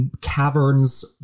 caverns